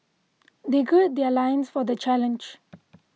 they gird their loins for the challenge